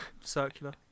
Circular